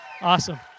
Awesome